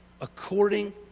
according